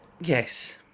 yes